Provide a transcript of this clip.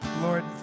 Lord